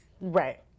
Right